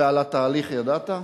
ועל התהליך ידעת?